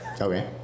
Okay